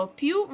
più